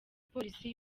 polisi